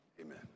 Amen